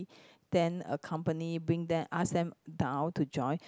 then accompany bring them ask them down to join